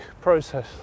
process